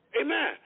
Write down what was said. Amen